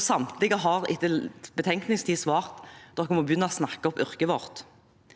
Samtlige har, etter betenkningstid, svart: Dere må begynne å snakke opp yrket vårt.